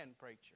preacher